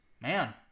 man